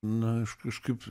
na aš kažkaip